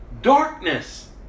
darkness